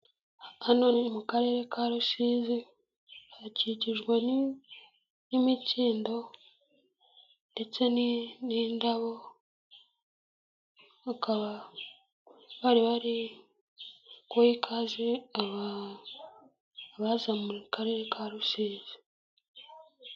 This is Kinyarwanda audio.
Hano ni mu karere ka Rusizi hakikijwe n'imikindo ndetse n'indabo, bakaba bari bari guha ikaze abaza mu karere ka Rusizi.